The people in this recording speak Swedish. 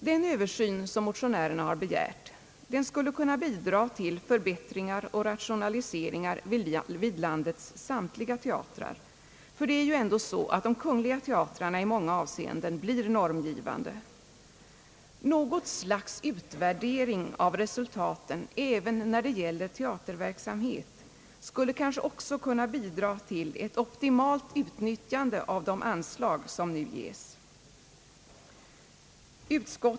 Den översyn som begärts skulle kunna bidra till förbättringar och rationaliseringar vid landets samtliga teatrar. De kungliga teatrarna är ju ändå i många avseenden normgivande. Något slag av utvärdering av resultaten när det gäller teaterverksamhet skulle kanske också kunna bidra till ett optimalt utnyttjande av de anslag som nu ges.